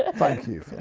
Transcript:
ah thank you for